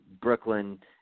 Brooklyn